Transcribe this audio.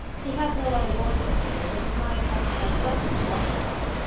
he has no other boys to play with and his mind has to have something to occupy it.